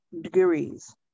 degrees